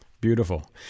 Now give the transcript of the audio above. Beautiful